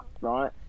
right